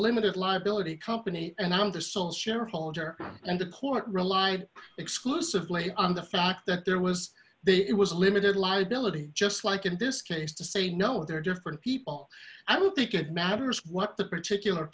limited liability company and i'm the sole shareholder and the court rely exclusively on the fact that there was there it was limited liability just like in this case to say no there are different people i don't think it matters what the particular